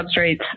substrates